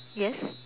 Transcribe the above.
yes